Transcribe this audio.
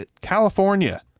California